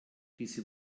diese